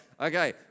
okay